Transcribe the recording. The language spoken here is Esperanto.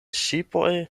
ŝipoj